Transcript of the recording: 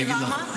למה?